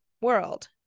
world